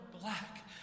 black